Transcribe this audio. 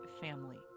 family